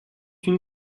une